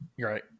Right